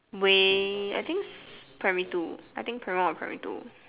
may I think primary two I think primary one or primary two